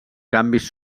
canvis